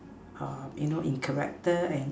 you know in character and in